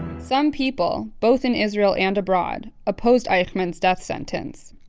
some people, both in israel and abroad, opposed eichmann's death sentence.